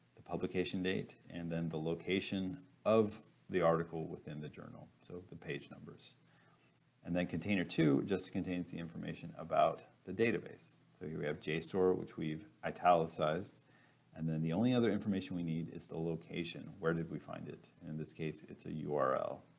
the publication date, and then the location of the article within the journal so the page numbers and then container two just contains the information about the database. so you have jstor, which we've italicized and then the only other information we need is the location where did we find it in this case it's a ah url.